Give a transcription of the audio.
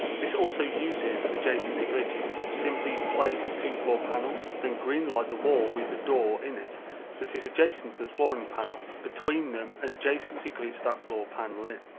this also uses adjacency glitching, simply place two floor panels, then green light the wall with a door in it that is adjacent to the flooring panel between them and adjacency glitch that floor panel in. it